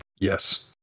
Yes